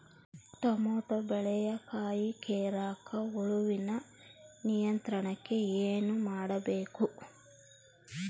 Tomato ಬೆಳೆಯ ಕಾಯಿ ಕೊರಕ ಹುಳುವಿನ ನಿಯಂತ್ರಣಕ್ಕೆ ಏನು ಮಾಡಬೇಕು?